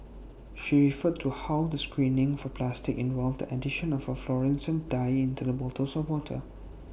she referred to how the screening for plastic involved the addition of A fluorescent dye into the bottles of water